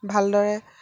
ভালদৰে